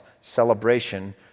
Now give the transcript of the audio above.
celebration